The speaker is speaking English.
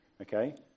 Okay